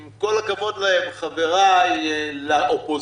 עם כל הכבוד לחבריי באופוזיציה,